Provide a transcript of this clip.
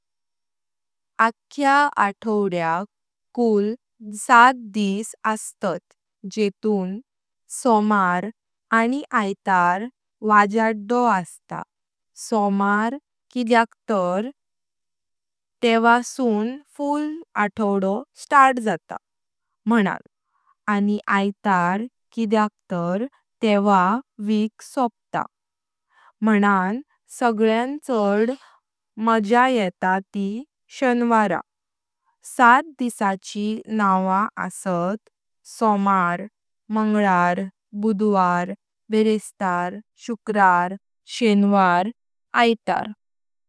आक्य प्रत्येक आठवड्याक कुल सात दिवस असतात जेथून सोमार आनी आयतार वजाडो अस्त सोमार किद्याक तर तेवा सुन फुल विक स्टार्ट जात मनन आनी आयतार किद्याक तर तेवा विक सॉपता मनन सगळ्यान चड़ माझा येता ती शनवार। सात दिवसांची नावा आसत - सोमार, मंगळार, बुध्वार, बेरस्तार, शुक्रार, शनवार, आयतार।